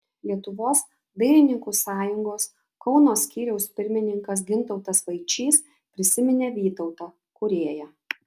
lietuvos dailininkų sąjungos kauno skyriaus pirmininkas gintautas vaičys prisiminė vytautą kūrėją